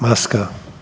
maska.